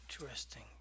Interesting